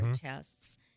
tests